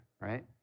right